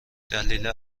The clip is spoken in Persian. دلیل